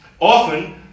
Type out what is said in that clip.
often